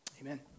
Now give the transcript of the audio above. amen